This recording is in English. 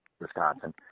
Wisconsin